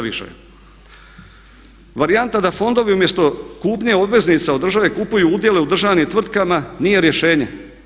Varijanta da fondovi umjesto kupnje obveznica od države kupuju udjele u državnim tvrtkama nije rješenje.